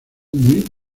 muy